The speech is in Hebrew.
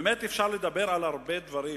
באמת אפשר לדבר על הרבה דברים